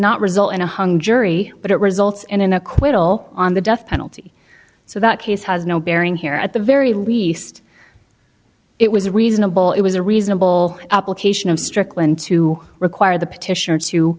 not result in a hung jury but it results in an acquittal on the death penalty so that case has no bearing here at the very least it was reasonable it was a reasonable application of strickland to require the petitioner to